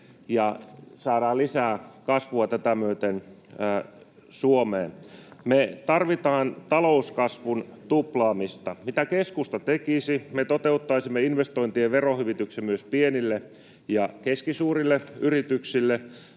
ja saadaan lisää kasvua tätä myöten Suomeen. Me tarvitaan talouskasvun tuplaamista. Mitä keskusta tekisi? Me toteuttaisimme investointien verohyvityksen myös pienille ja keskisuurille yrityksille.